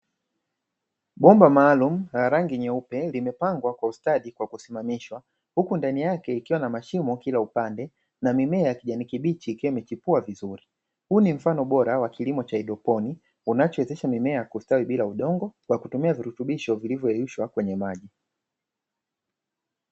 Bomba maalumu la rangi nyeupe limepangwa kwa ustadi kwa kusimamishwa, huku ndani yake ikiwa na mashimo kila upande na mimea ya kijani kibichi kimechipua vizuri. Huu ni mfano bora wa kilimo cha haidroponi unachowezesha mimea kustawi bila udongo kwa kutumia virutubisho vilivyoyeyushwa kwenye maji.